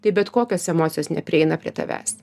tai bet kokios emocijos neprieina prie tavęs